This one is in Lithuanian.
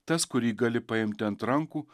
tas kurį gali paimti ant rankų